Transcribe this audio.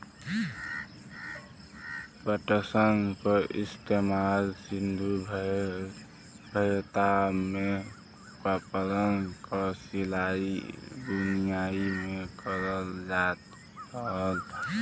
पटसन क इस्तेमाल सिन्धु सभ्यता में कपड़न क सिलाई बुनाई में करल जात रहल